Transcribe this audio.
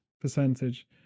percentage